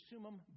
sumum